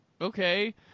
okay